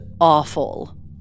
awful